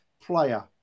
player